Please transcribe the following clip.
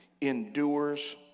endures